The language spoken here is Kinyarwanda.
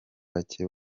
bake